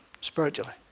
spiritually